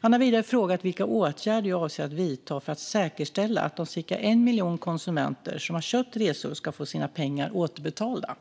Han har vidare frågat vilka åtgärder jag avser att vidta för att säkerställa att de ca 1 miljon konsumenter som har köpt resor ska få sina pengar återbetalda.